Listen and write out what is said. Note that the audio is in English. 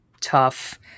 tough